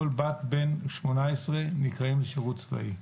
כל בת או בן בני 18 נקראים לשירות צבאי.